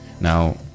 Now